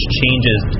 changes